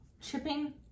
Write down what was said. Chipping